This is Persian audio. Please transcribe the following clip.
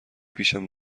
پیشم